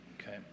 Okay